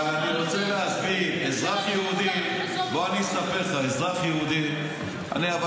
אבל אני רוצה להסביר, אזרחי יהודי, אני אספר לך.